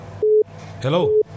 Hello